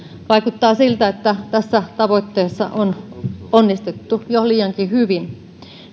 vaikuttaa siltä että tässä tavoitteessa on onnistuttu jo liiankin hyvin